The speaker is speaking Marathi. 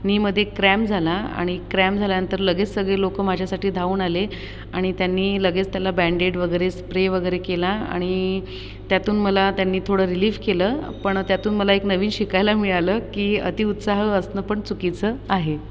नीमध्ये क्रॅम झाला आणि क्रॅम झाल्यानंतर लगेच सगळे लोकं माझ्यासाठी धावून आले आणि त्यांनी लगेच त्याला बॅनडेड वगैरे स्प्रे वगैरे केला आणि त्यातून मला त्यांनी थोडं रिलीफ केलं पण त्यातून मला एक शिकायला मिळालं की अतिउत्साह असणं पण चुकीचं आहे